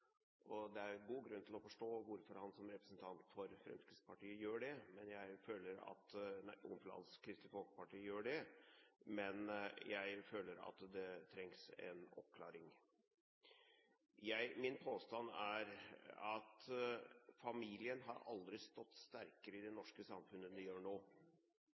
og det er god grunn til å forstå hvorfor han som representant for Kristelig Folkeparti gjør det, men jeg føler at det trengs en oppklaring. Min påstand er at familien aldri har stått sterkere i det norske samfunn enn den gjør nå.